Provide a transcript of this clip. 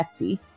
Etsy